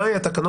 בוודאי, בוודאי.